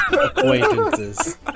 acquaintances